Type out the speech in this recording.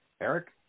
Eric